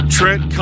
Trent